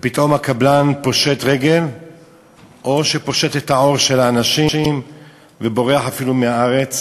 ופתאום הקבלן פושט רגל או שפושט את העור של האנשים ובורח אפילו מהארץ,